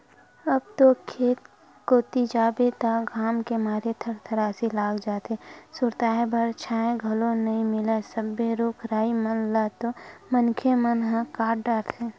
अब तो खेत कोती जाबे त घाम के मारे थरथरासी लाग जाथे, सुरताय बर छांव घलो नइ मिलय सबे रुख राई मन ल तो मनखे मन ह काट डरथे